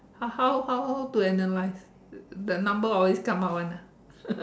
how how how to analyse the number always come out one ah